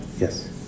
Yes